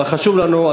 אבל חשוב לנו,